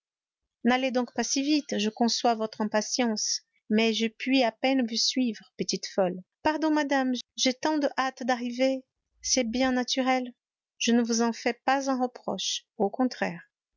n'allez donc pas si vite je conçois votre impatience mais je puis à peine vous suivre petite folle pardon madame j'ai tant de hâte d'arriver c'est bien naturel je ne vous en fais pas un reproche au contraire